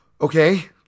okay